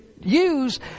use